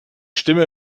stimme